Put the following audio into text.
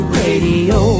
radio